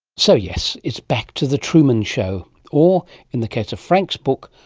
so yes. it's back to the truman show or in the case of frank's book,